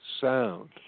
sound